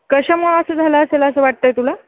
कशामुळे असं झालं असेल असं वाटत आहे तुला